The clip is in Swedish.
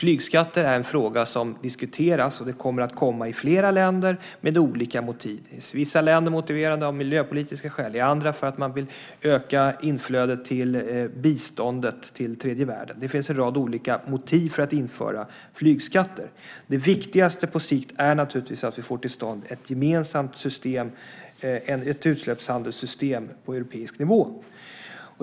Flygskatten är en fråga som diskuteras, och den kommer att komma i flera länder med olika motiv. I vissa länder motiveras den av miljöpolitiken, i andra vill man öka inflödet till biståndet till tredje världen. Det finns en rad olika motiv för att införa flygskatter. Det viktigaste på sikt är naturligtvis att vi får till stånd ett gemensamt system, ett utsläppshandelssystem, på europeisk nivå.